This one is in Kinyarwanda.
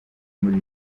muri